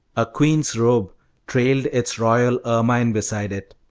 a queen's robe trailed its royal ermine beside it.